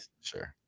Sure